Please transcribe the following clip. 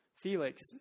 Felix